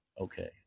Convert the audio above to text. Okay